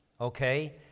Okay